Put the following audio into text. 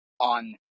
on